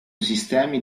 sistemi